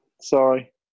sorry